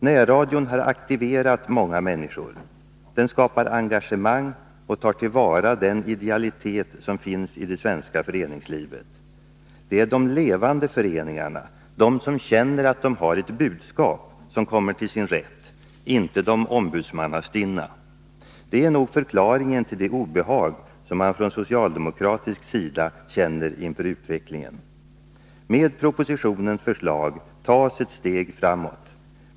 Närradion har aktiverat många människor. Den skapar engagemang och tar till vara den idealitet som finns i det svenska föreningslivet. Det är de levande föreningarna, de som känner att de har ett budskap, som kommer till sin rätt, inte de ombudsmannastinna. Det är nog förklaringen till det obehag som man från socialdemokratisk sida känner inför utvecklingen. Med propositionens förslag tas ett steg framåt.